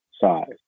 size